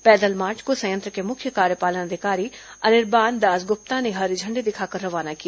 पैदल मार्च को संयंत्र के मुख्य कार्यपालन अधिकारी अनिर्बान दास गुप्ता ने हरी झण्डी दिखाकर रवाना किया